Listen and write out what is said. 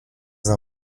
dans